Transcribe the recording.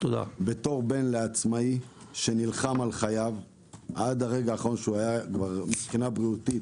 בתור בן לעצמאי שנלחם על חייו עד הרגע האחרון שהיה מבחינה בריאותית